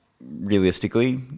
realistically